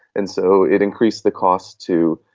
and so it increased the cost to,